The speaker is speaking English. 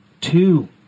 two